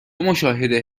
مشاهده